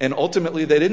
and ultimately they didn't